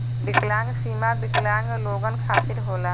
विकलांग बीमा विकलांग लोगन खतिर होला